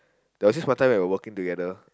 there was this one time we were working together